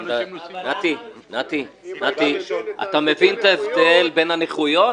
אתה מבין את ההבדל בין הנכויות?